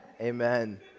Amen